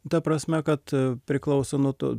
ta prasme kad priklauso nuo to